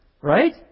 right